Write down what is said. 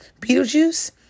Beetlejuice